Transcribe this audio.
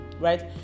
right